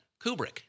Kubrick